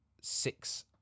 six